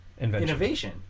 innovation